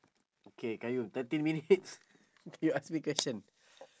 okay qayyum thirteen minutes quick ask me question